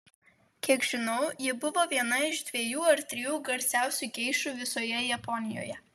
kiek žinau ji buvo viena iš dviejų ar trijų garsiausių geišų visoje japonijoje